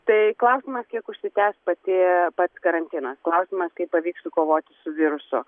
tai klausimas kiek užsitęs pati pats karantinas klausimas kaip pavyks sukovoti su virusu